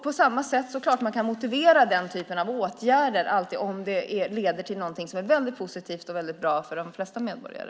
På samma sätt kan man motivera den typen av åtgärder om det leder till något positivt och bra för de flesta medborgare.